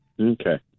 okay